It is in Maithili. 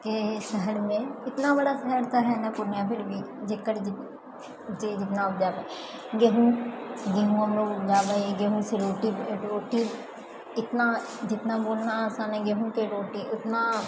के शहरमे एतना बड़ा शहर तऽ है नहि पूर्णिया फिर भी जकर जे जितना उपजै गेहूँ हमलोग उपजाबै हियै गेहूँ सँ रोटी रोटी इतना जितना बोलना आसान है गेहूँके रोटी उतना